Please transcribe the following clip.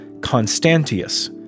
Constantius